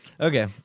Okay